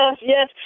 yes